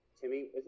Timmy